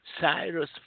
cyrus